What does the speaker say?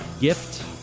gift